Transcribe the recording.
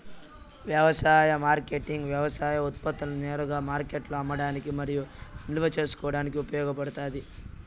వ్యవసాయ మార్కెటింగ్ వ్యవసాయ ఉత్పత్తులను నేరుగా మార్కెట్లో అమ్మడానికి మరియు నిల్వ చేసుకోవడానికి ఉపయోగపడుతాది